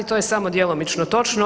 To je samo djelomično točno.